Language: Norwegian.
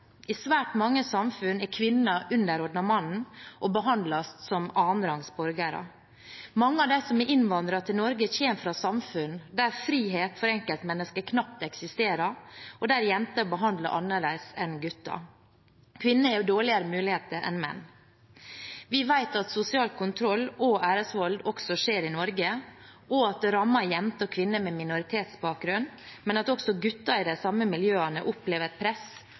I svært mange samfunn er kvinner underordnet mannen og behandles som annenrangs borgere. Mange av dem som har innvandret til Norge, kommer fra samfunn der frihet for enkeltmennesket knapt eksisterer, der jenter behandles annerledes enn gutter, og kvinner har dårligere muligheter enn menn. Vi vet at sosial kontroll og æresvold også skjer i Norge, at det rammer jenter og kvinner med minoritetsbakgrunn, men at også gutter i de samme miljøene opplever et press